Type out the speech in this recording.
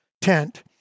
tent